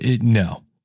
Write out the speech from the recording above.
no